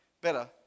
better